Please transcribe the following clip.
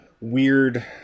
weird